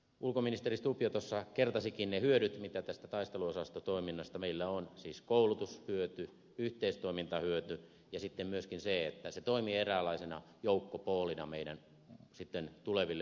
ulkoministeri stubb jo kertasikin ne hyödyt mitä tästä taisteluosastotoiminnasta meillä on siis koulutushyöty yhteistoimintahyöty ja sitten myöskin se että se toimii eräänlaisena joukkopoolina meidän tuleville operaatioillemme